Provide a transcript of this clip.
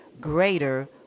greater